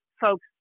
folks